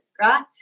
Right